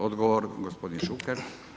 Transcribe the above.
Odgovor, gospodin Šuker.